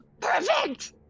Perfect